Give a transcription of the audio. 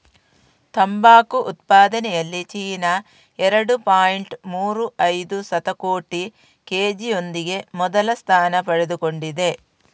ತಂಬಾಕು ಉತ್ಪಾದನೆಯಲ್ಲಿ ಚೀನಾ ಎರಡು ಪಾಯಿಂಟ್ ಮೂರು ಐದು ಶತಕೋಟಿ ಕೆ.ಜಿಯೊಂದಿಗೆ ಮೊದಲ ಸ್ಥಾನ ಪಡೆದುಕೊಂಡಿದೆ